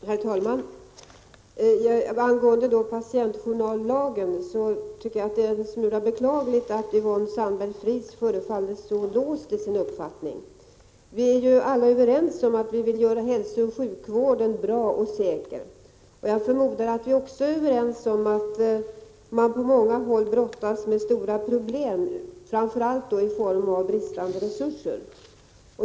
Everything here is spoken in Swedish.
Herr talman! Angående patientjournallagen är det en smula beklagligt att Yvonne Sandberg-Fries förefaller så låst i sin uppfattning. Vi är alla överens om att vi vill göra hälsooch sjukvården bra och säker. Jag förmodar att vi också är överens om att man på olika håll brottas med stora problem, framför allt i form av bristande resurser.